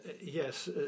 yes